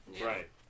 right